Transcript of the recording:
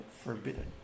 Forbidden